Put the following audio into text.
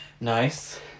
Nice